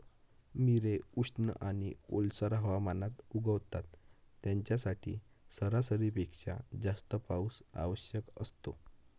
मिरे उष्ण आणि ओलसर हवामानात उगवतात, यांच्यासाठी सरासरीपेक्षा जास्त पाऊस आवश्यक असतो